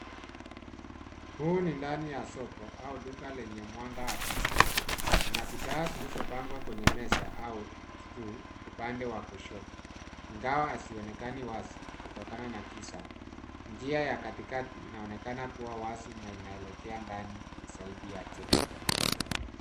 Huu ni ndani ya soko au duka yenye mwanga hafifu. Kuna bidhaa zilizopangwa kwenye meza au juu upande wa kushoto, ingawa hazionekani wazi kutokana na giza. Njia ya katikati inaonekana kuwa wazi na ina inaelekea ndani ikisaidia jengo.